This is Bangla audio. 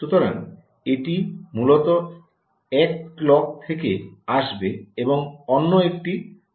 সুতরাং এটি মূলত এক ক্লক থেকে আসবে এবং অন্য একটি ক্লক তৈরি করতে পারে